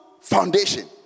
foundation